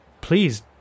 please